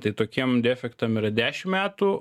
tai tokiem defektam yra dešim metų